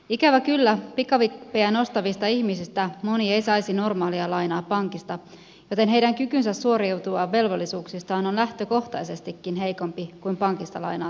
ikävä kyllä pikavippejä nostavista ihmisistä moni ei saisi normaalia lainaa pankista joten heidän kykynsä suoriutua velvollisuuksistaan on lähtökohtaisestikin heikompi kuin pankista lainaa saavilla henkilöillä